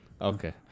Okay